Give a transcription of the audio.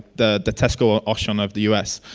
the the tesco ah auction of the us.